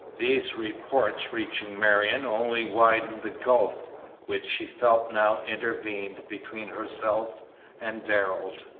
these reports reaching marion only widened the gulf which she felt now intervened between herself and darrell.